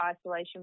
isolation